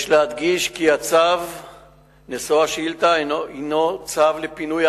יש להדגיש כי הצו נשוא השאילתא הוא צו לפינוי